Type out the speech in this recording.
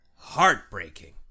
Heartbreaking